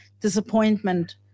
disappointment